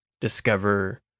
discover